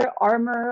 armor